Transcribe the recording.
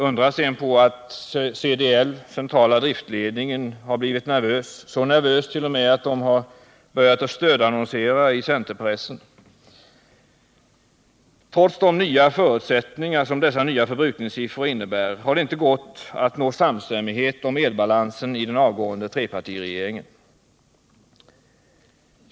Undra sedan på att CDL, centrala driftledningen, har blivit så nervös, ja, så nervös att den började stödannonsera i centerpressen. Trots de nya förutsättningar som dessa nya förbrukningssiffror innebär har det i den avgående trepartiregeringen inte gått att nå samstämmighet om elbalansen.